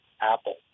Apple